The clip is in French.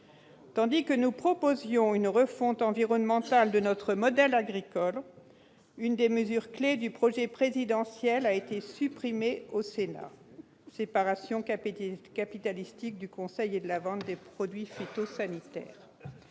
Tandis que nous proposions une refonte environnementale de notre modèle agricole, l'une des mesures clés du projet présidentiel, à savoir la séparation capitalistique du conseil et de la vente des produits phytosanitaires,